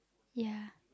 ya